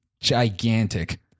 gigantic